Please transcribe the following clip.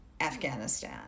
Afghanistan